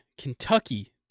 Kentucky